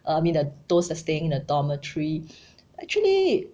I mean the those that staying in a dormitory actually